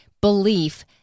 belief